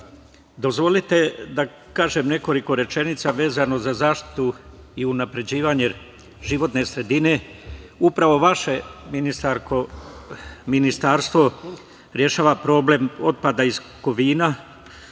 da kažem nekoliko rečenica vezano za zaštitu i unapređivanje životne sredine. Ministarka, upravo Vaše Ministarstvo rešava problem otpada iz Kovina